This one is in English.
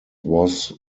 was